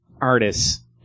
artists